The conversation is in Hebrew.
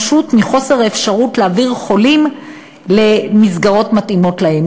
פשוט מחוסר אפשרות להעביר חולים למסגרות המתאימות להם.